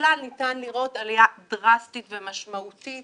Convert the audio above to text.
בכלל ניתן לראות עלייה דרסטית ומשמעותית